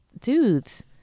dudes